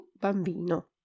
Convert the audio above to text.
bambino